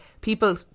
people